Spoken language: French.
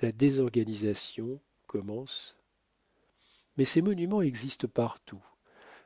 la désorganisation commence mais ces monuments existent partout